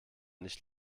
nicht